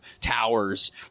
towers